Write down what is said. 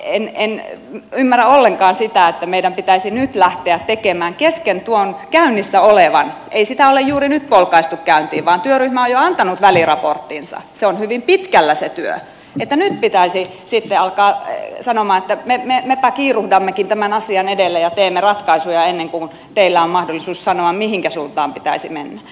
en ymmärrä ollenkaan sitä että meidän nyt kesken tuon käynnissä olevan työn ei sitä ole juuri nyt polkaistu käyntiin vaan työryhmä on jo antanut väliraporttinsa se työ on hyvin pitkällä pitäisi sitten alkaa sanomaan että mepä kiiruhdammekin tämän asian edelle ja teemme ratkaisuja ennen kuin teillä on mahdollisuus sanoa mihinkä suuntaan pitäisi mennä